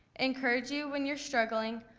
encourage you when you're struggling,